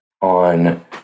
on